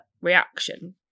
reaction